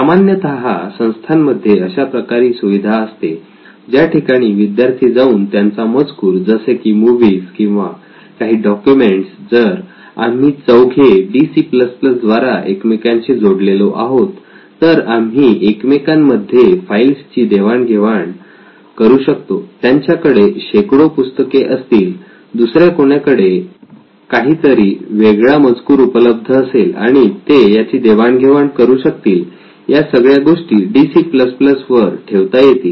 सामान्यतः संस्थांमध्ये अशा प्रकारे सुविधा असते ज्या ठिकाणी विद्यार्थी जाऊन त्यांचा मजकूर जसे की मुव्हीज किंवा काही डॉक्युमेंट्स जर आम्ही चौघे D C plus plus DC द्वारा एकमेकांशी जोडलेले आहोत तर आम्ही एकमेकां मध्ये फाइल्सची देवाण घेवाण करू शकतो त्यांच्याकडे शेकडो पुस्तके असतील दुसऱ्या कोणाकडे काहीतरी वेगळा मजकूर उपलब्ध असेल आणि ते याची देवाण घेवाण करु शकतील या सगळ्या गोष्टी D C plus plus DC वर ठेवता येतील